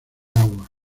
agua